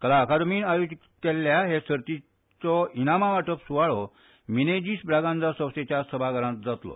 कला अकादमींत आयोजीत केल्ल्या हे सर्तीचो इनामां वांटप सुवाळो मिनेझीस ब्रागांझा संस्थेच्या सभाघरांत जातलो